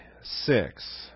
six